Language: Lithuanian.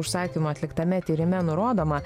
užsakymu atliktame tyrime nurodoma